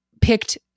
picked